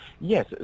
Yes